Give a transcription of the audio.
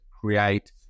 create